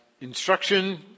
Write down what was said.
instruction